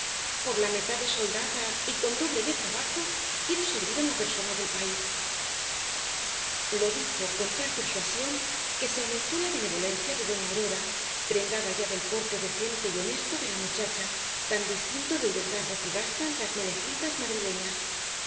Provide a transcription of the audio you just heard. por la metá de soldada y con doble de trabajo quiero servir á una persona del país lo dijo con tal persuasión que se aumentó la benevolencia de doña aurora prendada ya del porte decente y honesto de la muchacha tan distinto del desgarro que gastan las menegildas madrileñas